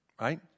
right